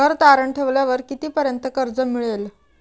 घर तारण ठेवल्यावर कितीपर्यंत कर्ज मिळेल?